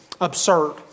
Absurd